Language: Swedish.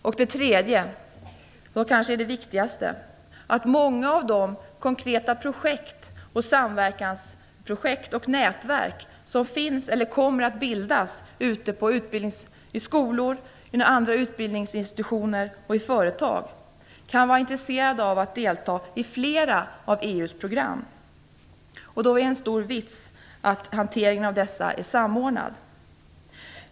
För det tredje, och detta är kanske det viktigaste, kan många av de konkreta samverkansprojekt och nätverk som finns eller kommer att bildas på skolor, andra utbildningsinstitutioner och i företag vara intresserade av att delta i flera av EU:s program. Det är då bra om hanteringen av dessa är samordnad.